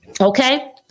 Okay